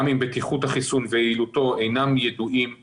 גם אם בטיחות החיסון ויעילותו אינם ידועים עדיין,